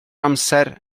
amser